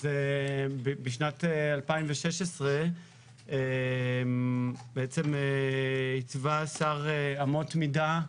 בשנת 2016 בעצם עיצבה השר אמות מידה,